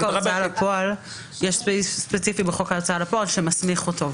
בחוק ההוצאה לפועל יש סעיף ספציפי שמסמיך אותו.